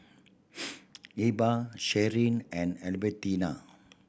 Ebba Sherie and Albertina